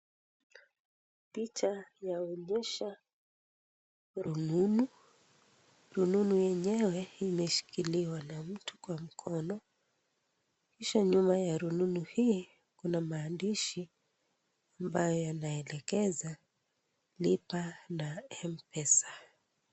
Picha yaonyesha rununu, rununu yenyewe imeshikiliwa na mtu kwa mkono, kisha nyuma ya rununu hii kuna maandishi ambayo yanaelekeza lipa na M-pesa.